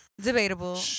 debatable